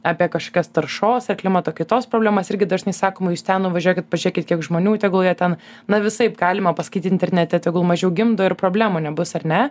apie kažkokias taršos ar klimato kaitos problemas irgi dažnai sakoma jūs ten nuvažiuokit pažiūrėkit kiek žmonių tegul jie ten na visaip galima paskaityt internete tegul mažiau gimdo ir problemų nebus ar ne